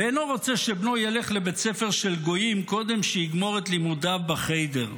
ואינו רוצה שבנו ילך לבית ספר של גויים קודם שיגמור את לימודיו בחיידר.